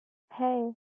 hey